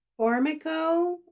Formico